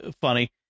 funny